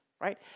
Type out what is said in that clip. right